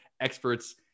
experts